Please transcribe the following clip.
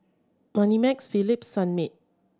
Moneymax Philips Sunmaid